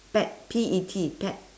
pet P E T pet